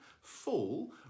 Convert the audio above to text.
fall